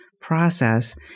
process